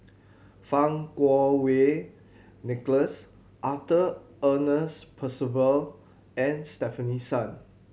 Fang Kuo Wei Nicholas Arthur Ernest Percival and Stefanie Sun